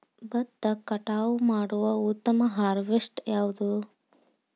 ಭತ್ತ ಕಟಾವು ಮಾಡುವ ಉತ್ತಮ ಹಾರ್ವೇಸ್ಟರ್ ಯಾವುದು?